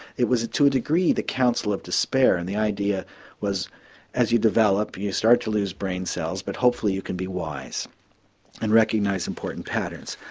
it was to a degree the counsel of despair and the idea was that as you develop you start to lose brain cells but hopefully you can be wise and recognise important patterns.